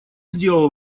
сделал